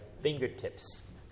fingertips